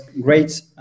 great